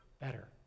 better